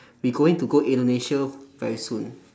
we going to go indonesia very soon